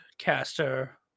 caster